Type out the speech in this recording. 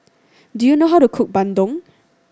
do you know how to cook bandung